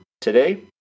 today